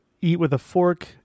eat-with-a-fork